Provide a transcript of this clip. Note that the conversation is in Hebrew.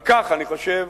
על כך אני חושב,